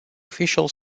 official